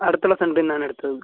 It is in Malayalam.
അടുത്തുള്ള സെൻ്ററീന്നാണ് എടുത്തത്